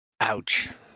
Ouch